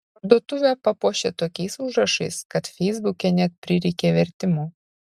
parduotuvę papuošė tokiais užrašais kad feisbuke net prireikė vertimo